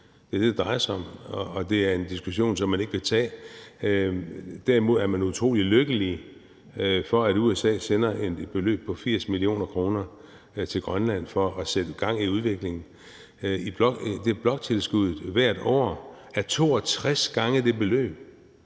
Det er det, det drejer sig om. Og det er en diskussion, som man ikke vil tage. Derimod er man utrolig lykkelige for, at USA sender et beløb på 80 mio. kr. til Grønland for at sætte gang i udviklingen. Bloktilskuddet hvert år er 62 gange det beløb.